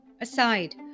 aside